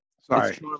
Sorry